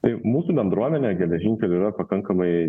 tai mūsų bendruomenė geležinkelių yra pakankamai